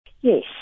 Yes